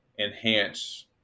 enhance